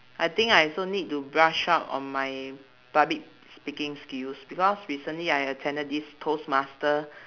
I think I also need to brush up on my public speaking skills because recently I attended this toast master